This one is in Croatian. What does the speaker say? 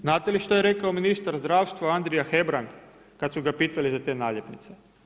Znate li što je rekao ministar zdravstva, Andrija Hebrang kad su ga pitali za te naljepnice?